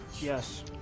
Yes